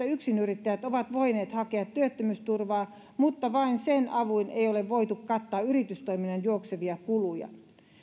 yksinyrittäjät ovat voineet hakea työttömyysturvaa mutta vain sen avuin ei ole voitu kattaa yritystoiminnan juoksevia kuluja